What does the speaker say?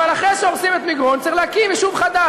אבל אחרי שהורסים את מגרון צריך להקים יישוב חדש.